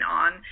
on